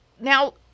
Now